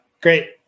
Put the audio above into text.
Great